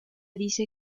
dice